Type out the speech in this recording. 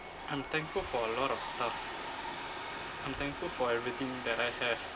I'm thankful for a lot of stuff I'm thankful for everything that I have